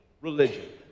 religion